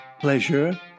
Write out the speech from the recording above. pleasure